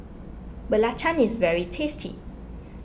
Belacan is very tasty